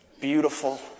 beautiful